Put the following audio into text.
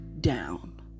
down